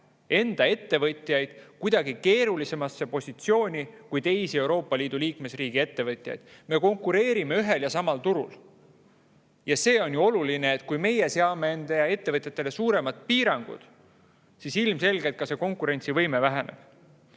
enda ettevõtjaid kuidagi keerulisemasse positsiooni kui teisi Euroopa Liidu liikmesriikide ettevõtjaid. Me konkureerime ühel ja samal turul. On oluline, et kui meie seame enda ettevõtetele suuremad piirangud, siis ilmselgelt ka konkurentsivõime väheneb.